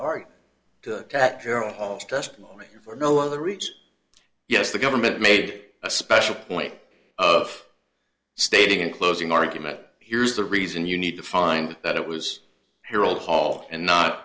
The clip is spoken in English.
all right good cat care all testimony for no other reason yes the government made a special point of stating in closing argument here's the reason you need to find that it was harold hall and not